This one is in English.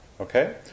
Okay